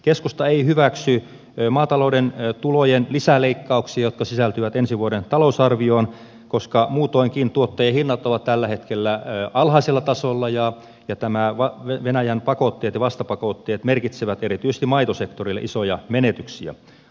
keskusta ei hyväksy maatalouden tulojen lisäleikkauksia jotka sisältyvät ensi vuoden talousarvioon koska muutoinkin tuottajahinnat ovat tällä hetkellä alhaisella tasolla ja nämä venäjän vastapakotteet merkitsevät erityisesti maitosektorille isoja menetyksiä